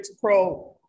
pro